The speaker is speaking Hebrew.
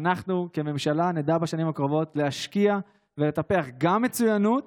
שאנחנו כממשלה נדע בשנים הקרובות להשקיע ולטפח גם מצוינות